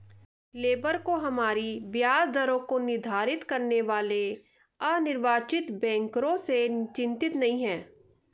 labour को हमारी ब्याज दरों को निर्धारित करने वाले अनिर्वाचित बैंकरों से चिंतित नहीं है